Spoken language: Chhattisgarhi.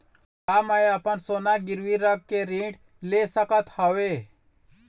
का मैं अपन सोना गिरवी रख के ऋण ले सकत हावे?